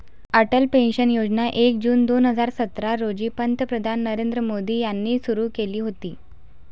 Atal pension योजना एक जून दोन हजार सतरा रोजी पंतप्रधान नरेंद्र मोदी यांनी सुरू केली होती